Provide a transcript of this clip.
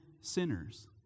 sinners